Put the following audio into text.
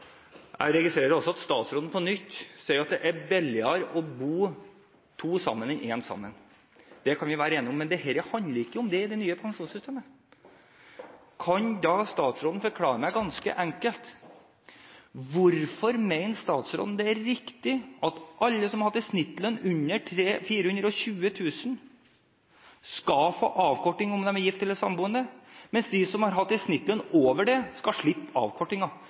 Jeg registrerer også at statsråden på nytt sier at det er billigere å bo to sammen enn én alene. Det kan vi være enige om; men dette handler ikke om det i det nye pensjonssystemet. Kan da statsråden forklare meg ganske enkelt: Hvorfor mener statsråden det er riktig at alle som har hatt en gjennomsnittslønn under 420 000 kr skal få avkorting om de er gift eller samboende, mens de som har hatt en gjennomsnittslønn over dette, skal slippe